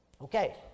Okay